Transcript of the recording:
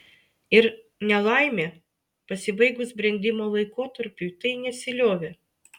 ir nelaimė pasibaigus brendimo laikotarpiui tai nesiliovė